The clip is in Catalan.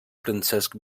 francesc